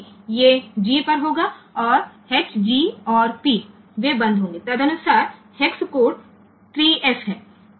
तो यह a b c d ये g पर होगा और h g और p वे बंद होंगे तदनुसार हेक्स कोड 3 एफ है